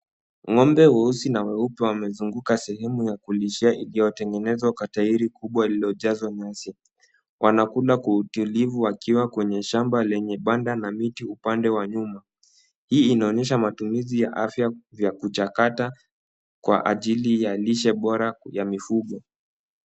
Ng'ombe weusi na weupe wamezunguka sehemu ya kulishia iliyotengenezwa kwa tairi kubwa iliyojazwa nyasi. Wanakula kwa utulivu wakiwa kwenye shamba lenye banda na miti upande wa nyuma. Hii inaonyesha matumizi ya afya vya kujakata kwa ajili ya lishe bora ya mifugo.